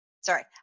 Sorry